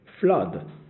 Flood